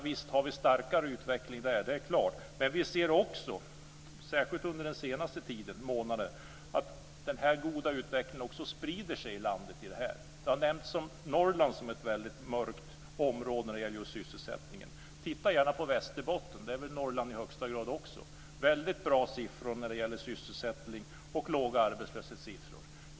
Visst har vi en starkare utveckling där. Men vi har särskilt under den senaste månaden sett att den goda utvecklingen sprider sig i landet. Norrland har nämnts som ett mörkt område för sysselsättningen. Men titta gärna på Västerbotten. Det är väl i högsta grad Norrland också. Där är väldigt bra siffror för sysselsättning och låga arbetslöshetssiffror.